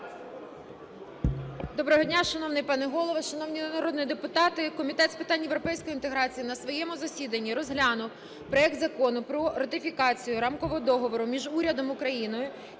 Доброго дня, шановний пане Голово, шановні народні депутати, Комітет з питань європейської інтеграції на своєму засіданні розглянув проект Закону ратифікацію Рамкового договору між Урядом України